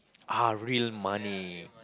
ah real money